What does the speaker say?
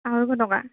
আঢ়ৈশ টকা